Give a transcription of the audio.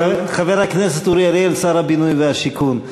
חבר הכנסת אורי אריאל, שר הבינוי והשיכון,